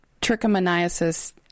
trichomoniasis